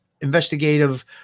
investigative